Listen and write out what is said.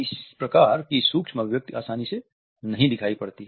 इस प्रकार की सूक्ष्म अभिव्यक्ति आसानी से नहीं दिखाई पड़ती है